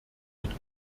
mit